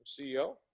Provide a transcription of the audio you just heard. ceo